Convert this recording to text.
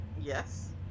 Yes